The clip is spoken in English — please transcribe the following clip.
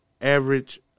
average